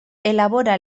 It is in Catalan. elabora